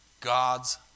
God's